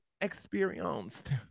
experienced